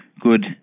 good